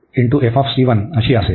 असेल